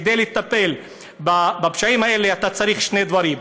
כדי לטפל בפשעים האלה אתה צריך שני דברים: